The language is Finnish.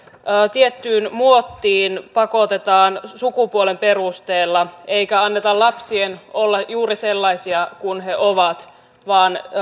tiettyyn muottiin pakotetaan sukupuolen perusteella eikä anneta lapsien olla juuri sellaisia kuin he ovat vaan